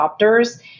adopters